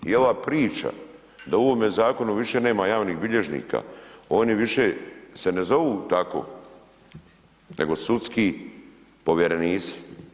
I ova priča da u ovome zakonu više nema javnih bilježnika, oni se više ne zovu tako nego sudski povjerenici.